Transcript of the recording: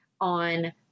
on